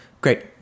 Great